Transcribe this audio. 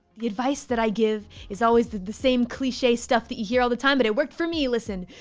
the advice that i give is always the same cliche stuff that you hear all the time, but it worked for me. listen,